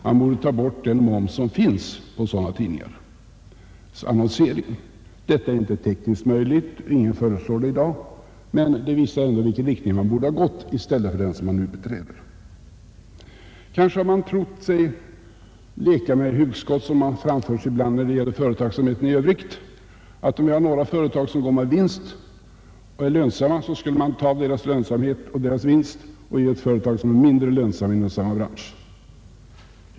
Man borde ta bort den moms som finns på tidningars annonsering. Detta är inte tekniskt möjligt, och ingen föreslår det i dag, men det visar ändå i vilken riktning man borde ha gått i stället för att beträda den väg som man nu är inne på. Kanske har man där lekt med en tanke som ibland framförs när det gäller företagsamheten i övrigt, att om något företag är lönsamt och går med vinst, så skall man ta av denna vinst och ge åt mindre lönsamma företag i samma bransch.